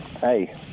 Hey